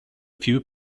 few